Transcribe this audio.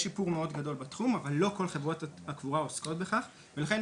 יש שיפור גדול בתחום אבל לא כל חברות הקבורה עוסקות בכך ולכן